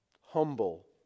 Humble